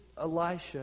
Elisha